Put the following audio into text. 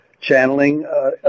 channeling